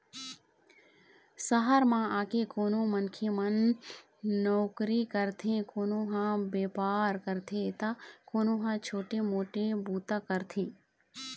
सहर म आके कोनो मनखे मन नउकरी करथे, कोनो ह बेपार करथे त कोनो ह छोटे मोटे बूता करथे